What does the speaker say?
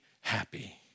happy